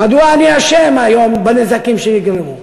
מדוע אני אשם היום בנזקים שנגרמו?